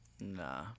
Nah